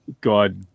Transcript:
god